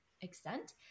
extent